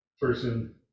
person